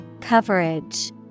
Coverage